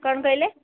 କ'ଣ କହିଲେ